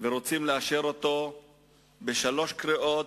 ורוצים לאשר אותו בשלוש קריאות,